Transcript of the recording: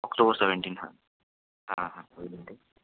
October seventeen হ্যাঁ হ্যাঁ হ্যাঁ ওই দিনটাই